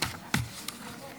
לא נוכח,